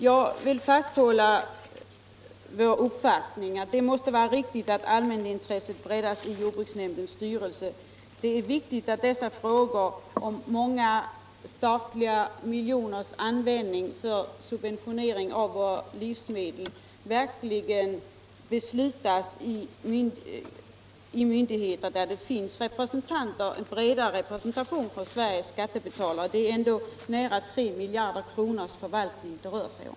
Jag vill fasthålla vid vår uppfattning att det måste vara riktigt att allmänintresset breddas i jord Reglering av priserna på jordbruksproduk bruksnämndens styrelse. Det är viktigt att dessa frågor om många statliga miljoners användning för subventionering av våra livsmedel verkligen beslutas i myndigheter där det finns en bred representation för Sveriges skattebetalare. Det är ändock en förvaltning av nära 3 miljarder kronor det rör sig om.